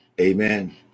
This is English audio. Amen